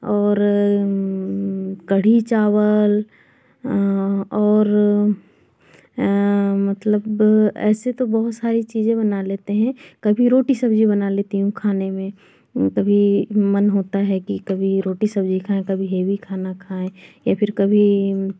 और कढ़ी चावल और मतलब ऐसे तो बहुत सारी चीज़ें बना लेते हैं क्योंकि रोटी सब्जी बना लेती हूँ खाने में कभी मन होता है कि कभी रोटी सब्जी खाएँ कभी हैवी खाना खाएँ या फिर कभी